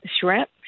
shrimp